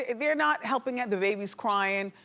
they're not helping out. the baby's crying,